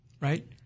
Right